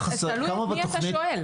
שתלוי את מי אתה שואל.